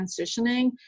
transitioning